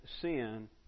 sin